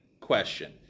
question